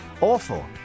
Awful